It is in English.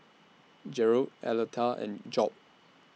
Gearld Aleta and Job